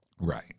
Right